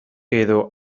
edo